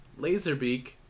Laserbeak